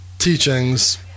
teachings